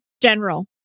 general